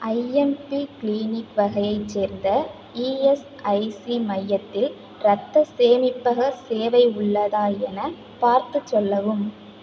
IMP clinic வகையைச் சேர்ந்த E S I C மையத்தில் இரத்தச் சேமிப்பகச் சேவை உள்ளதா எனப் பார்த்துச் சொல்லவும்